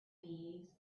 thieves